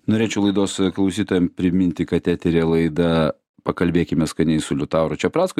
norėčiau laidos klausytojam priminti kad eteryje laida pakalbėkime skaniai su liutauru čepracku